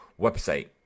website